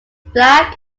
black